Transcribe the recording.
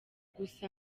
gusa